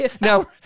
now